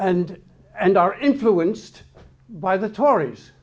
and and are influenced by the tories